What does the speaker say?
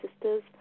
sisters